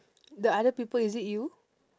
the other people is it you